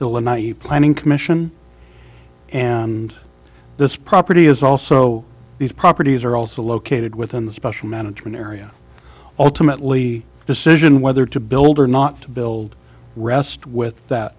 lanai he planning commission and this property is also these properties are also located within the special management area alternately decision whether to build or not to build rest with that